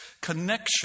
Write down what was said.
connection